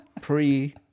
Pre